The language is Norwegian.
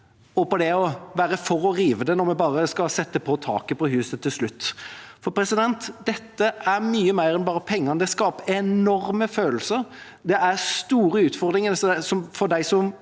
og på det å være for å rive det når vi bare skal sette på taket på huset til slutt. Dette handler om mye mer enn bare pengene: Det skaper enorme følelser. Det er store utfordringer for dem som